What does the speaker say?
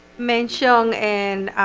mention and